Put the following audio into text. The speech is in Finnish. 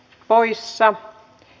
romuttumiseen